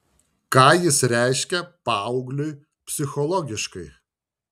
ką jis reiškia paaugliui psichologiškai